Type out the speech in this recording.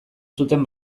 zuten